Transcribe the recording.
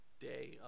day